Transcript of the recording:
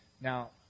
now